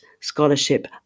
scholarship